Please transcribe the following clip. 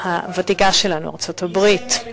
הוותיקה שלנו, ארצות-הברית,